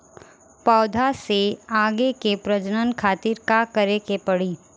पौधा से आगे के प्रजनन खातिर का करे के पड़ी?